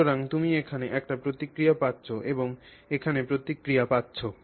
সুতরাং তুমি এখানে একটি প্রতিক্রিয়া পাচ্ছ এবং এখানে প্রতিক্রিয়া পাচ্ছ